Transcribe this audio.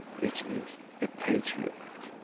which is a page view event.